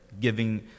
giving